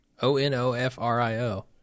O-N-O-F-R-I-O